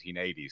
1980s